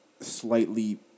slightly